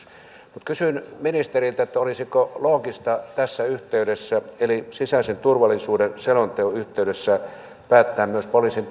mutta kysyn ministeriltä olisiko loogista tässä yhteydessä eli sisäisen turvallisuuden selonteon yhteydessä päättää myös poliisin